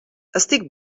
estic